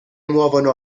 muovono